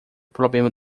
problema